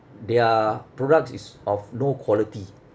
their products is of no quality